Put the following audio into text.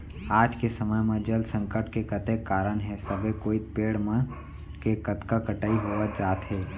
आज के समे म जल संकट के कतेक कारन हे सबे कोइत पेड़ मन के कतका कटई होवत जात हे